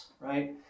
Right